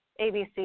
ABC